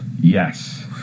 Yes